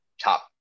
top –